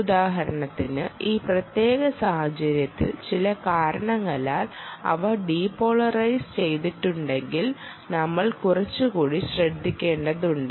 ഉദാഹരണത്തിന് ഈ പ്രത്യേക സാഹചര്യത്തിൽ ചില കാരണങ്ങളാൽ അവ ഡിപോളറൈസ് ചെയ്തിട്ടുണ്ടെങ്കിൽ നമ്മൾ കുറച്ചുകൂടി ശ്രദ്ധിക്കേണ്ടതുണ്ട്